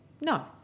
No